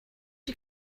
you